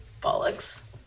Bollocks